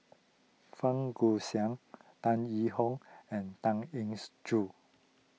Fang Guixiang Tan Yee Hong and Tan Engs Joo